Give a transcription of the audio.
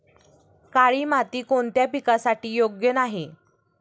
काळी माती कोणत्या पिकासाठी योग्य नाही?